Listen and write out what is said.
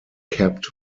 capped